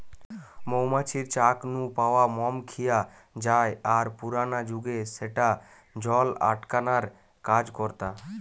মৌ মাছির চাক নু পাওয়া মম খিয়া জায় আর পুরানা জুগে স্যাটা জল আটকানার কাজ করতা